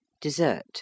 Dessert